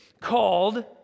called